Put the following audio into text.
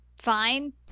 Fine